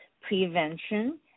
prevention